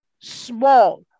small